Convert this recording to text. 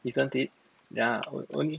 isn't it yeah o~ only